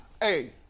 hey